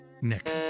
nick